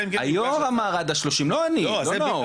היו"ר אמר עד ה-30, לא אני, לא נאור.